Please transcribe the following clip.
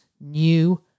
new